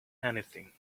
anything